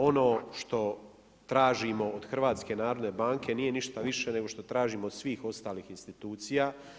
Ono što tražimo od HNB nije ništa više nego što tražimo od svih ostalih institucija.